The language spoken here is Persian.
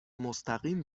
مستقیم